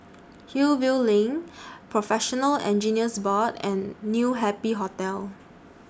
Hillview LINK Professional Engineers Board and New Happy Hotel